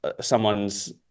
someone's